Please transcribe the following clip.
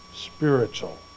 spiritual